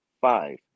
five